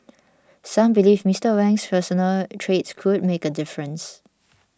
some believe Mister Wang's personal traits could make a difference